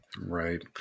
Right